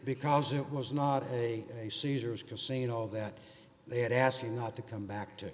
because it was not a caesars casino that they had asked you not to come back to